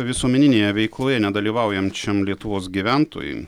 visuomeninėje veikloje nedalyvaujančiam lietuvos gyventojui